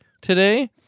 today